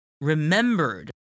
remembered